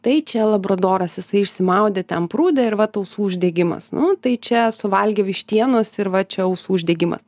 tai čia labradoras jisai išsimaudė ten prūde ir vat ausų uždegimas nu tai čia suvalgė vištienos ir va čia ausų uždegimas